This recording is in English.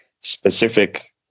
specific